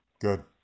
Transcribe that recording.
Good